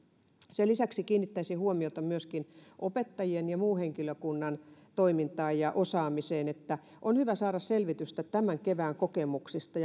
sen lisäksi kiinnittäisin huomiota myöskin opettajien ja muun henkilökunnan toimintaan ja osaamiseen on hyvä saada selvitystä tämän kevään kokemuksista